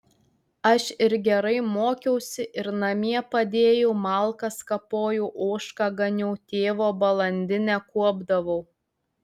aš ir gerai mokiausi ir namie padėjau malkas kapojau ožką ganiau tėvo balandinę kuopdavau